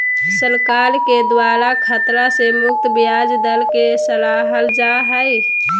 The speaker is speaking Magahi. सरकार के द्वारा खतरा से मुक्त ब्याज दर के सराहल जा हइ